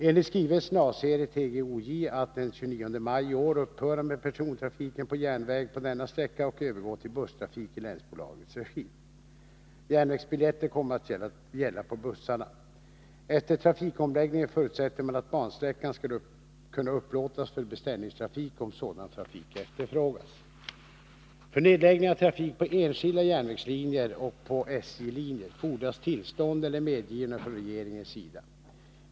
Enligt skrivelsen avser TGOJ att den 29 maj i år upphöra med persontrafiken på järnväg på denna sträcka och övergå till busstrafik i länsbolagets regi. Järnvägsbiljetter kommer att gälla på bussarna. Efter trafikomläggningen förutsätter man att bansträckan skall kunna upplåtas för beställningstrafik, om sådan trafik efterfrågas. För nedläggning av trafik på enskilda järnvägslinjer — och på SJ-linjer — fordras tillstånd eller medgivande från regeringens sida.